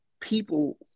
people